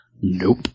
Nope